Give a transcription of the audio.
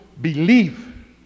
believe